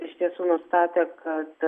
iš tiesų nustatė kad